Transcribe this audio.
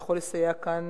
אתה יכול לסייע כאן,